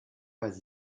pas